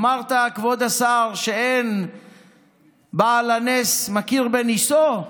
אמרת, כבוד השר, שאין בעל הנס מכיר בניסו?